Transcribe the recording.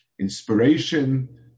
inspiration